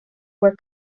were